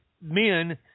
men